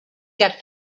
get